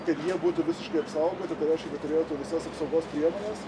kad jie būtų visiškai apsaugoti tai reiškia kad turėtų visas apsaugos priemones